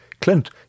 Clint